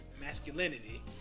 masculinity